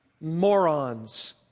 morons